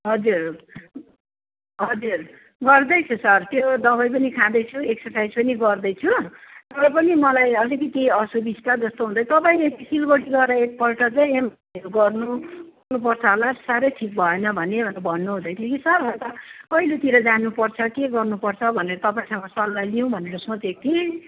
हजुर हजुर गर्दैछु सर त्यो दबाई पनि खाँदैछु एकसर्साइज पनि गर्दैछु तर पनि मलाई अलिकति असुबिस्ता जस्तो हुँदैछ तपाईँले सिलगडी गएर एक पल्ट चाहिँ एमआरआइहरू गर्नु पर्छ होला साह्रै ठिक भएन भने भन्नु हुँदै थियो कि सर अन्त कहिलेतिर जानु पर्छ के गर्नु पर्छ भनेर तपाईँसँग सल्लाह लिउँ भनेर सोचेको थिएँ